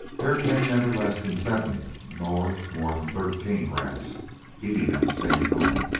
there came never less than seven nor more than thirteen rats eating at the same time.